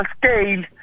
scale